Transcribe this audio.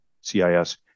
CIS